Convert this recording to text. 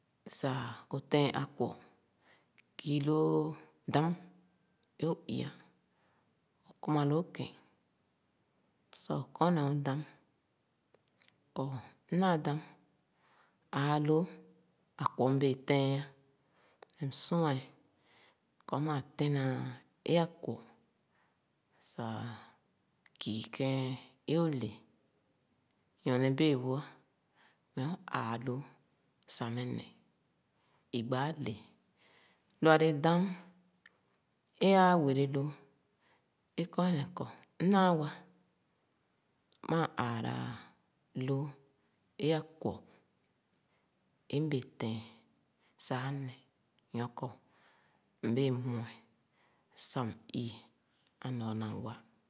Sah ō tɛɛn akwo kii loo dam ō i-a, ō kumaloo kēn sah ō kɔ neh ō dam kɔ nnaa dam, alōō akwɔ kii kēn ō’le. Nyorne bēē wo, meh ō āalōō kii meh neh, i gbaa le Lo àlè dam é àà unere loo, é kɔ ā neh kɔ, mdaa wa, maa aaralōō ē akwo é m’bee tɛɛn sah a’neh nyor kɔ m’bēē mue sah m’ii, mwh ɔɔ na wa